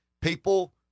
people